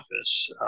office